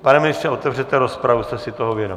Pane ministře, otevřete rozpravu, jste si toho vědom?